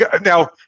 Now